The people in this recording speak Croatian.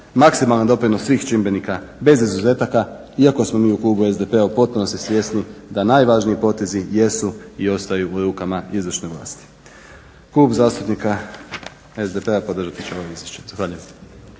maksimalan doprinos svih čimbenika bez izuzetaka iako smo mi u klubu SDP-a u potpunosti svjesni da najvažniji potezi jesu i ostaju u rukama izvršne vlasti. Klub zastupnika SDP-a podržati će ovo izvješće.